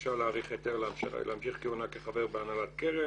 בקשה להאריך כהונה כחבר בהנהלת קרן,